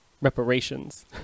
reparations